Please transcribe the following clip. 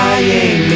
Dying